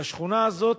והשכונה הזאת